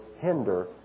hinder